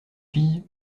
fille